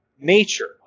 nature